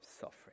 suffering